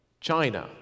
China